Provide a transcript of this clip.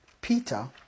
Peter